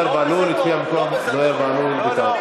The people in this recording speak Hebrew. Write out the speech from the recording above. הצביע במקום יואל חסון בטעות.